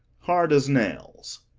hard as nails.